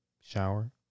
shower